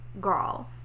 Girl